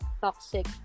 toxic